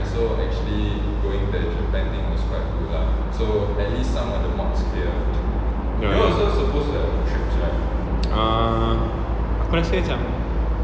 uh aku rasa macam